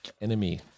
enemy